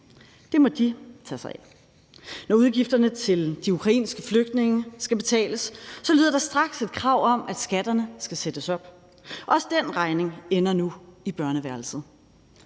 Det må de tage sig af. Når udgifterne til de ukrainske flygtninge skal betales, lyder der straks et krav om, at skatterne skal sættes op. Også den regning ender nu i børneværelset.